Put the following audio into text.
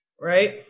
right